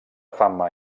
fama